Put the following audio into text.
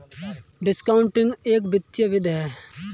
discounting एक वित्तीय विधि है